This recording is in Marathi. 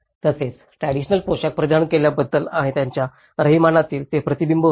तसेच ट्रॅडिशनल पोशाख परिधान केल्याबद्दल आणि त्यांच्या राहणीमानातही हे प्रतिबिंबित होते